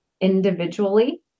individually